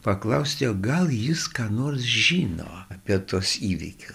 paklausti o gal jis ką nors žino apie tuos įvykius